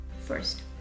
First